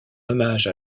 hommage